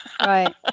right